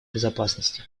безопасности